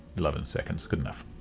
eleven seconds, good enough.